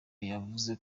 yavuze